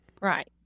Right